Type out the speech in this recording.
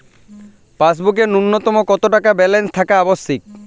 পাসবুকে ন্যুনতম কত টাকা ব্যালেন্স থাকা আবশ্যিক?